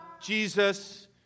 Jesus